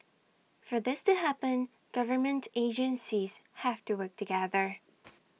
for this to happen government agencies have to work together